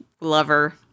lover